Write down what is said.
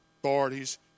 authorities